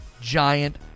giant